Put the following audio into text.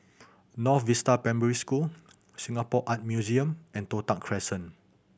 North Vista Primary School Singapore Art Museum and Toh Tuck Crescent